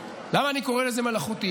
למה אני קורא לזה "מלאכותי"?